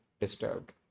disturbed